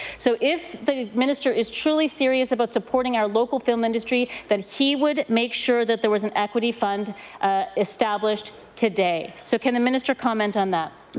so if the minister is truly serious about supporting our local film industry then he would make sure there was an equity fund established today. so can the minister comment on that?